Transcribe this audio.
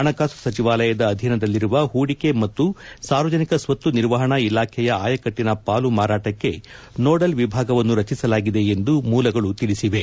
ಹಣಕಾಸು ಸಚಿವಾಲಯದ ಅಧೀನದಲ್ಲಿರುವ ಹೂಡಿಕೆ ಮತ್ತು ಸಾರ್ವಜನಿಕ ಸ್ವತ್ತು ನಿರ್ವಹಣಾ ಇಲಾಖೆಯ ಆಯಕಟ್ಟನ ಪಾಲು ಮಾರಾಟಕ್ಕೆ ನೋಡಲ್ ವಿಭಾಗವನ್ನು ರಚಿಸಲಾಗಿದೆ ಎಂದು ಮೂಲಗಳು ತಿಳಿಸಿವೆ